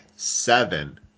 Seven